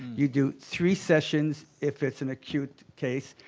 you do three sessions if it's an acute case.